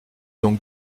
donc